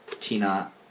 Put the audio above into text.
Tina